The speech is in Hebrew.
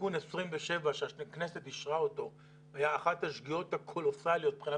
תיקון 27 שהכנסת אישרה אותו היה אחת השגיאות הקולוסליות מבחינת